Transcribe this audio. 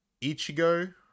Ichigo